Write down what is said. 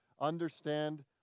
understand